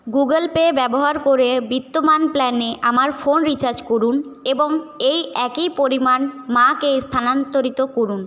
Google Pay ব্যবহার করে বিদ্যমান প্ল্যানে আমার ফোন রিচার্জ করুন এবং এই একই পরিমাণ মাকে স্থানান্তরিত করুন